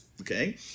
Okay